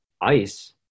Ice